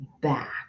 back